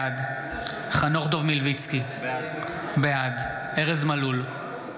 בעד חנוך דב מלביצקי, בעד ארז מלול,